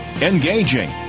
engaging